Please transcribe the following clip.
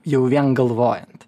jau vien galvojant